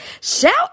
shout